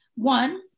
One